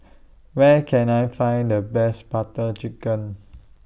Where Can I Find The Best Butter Chicken